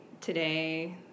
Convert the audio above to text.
today